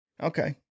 Okay